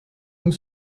nous